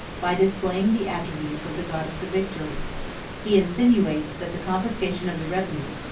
by displaying the attributes of the goddess of victory he insinuates, that the confiscation of the revenues,